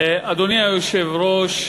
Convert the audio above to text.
אדוני היושב-ראש,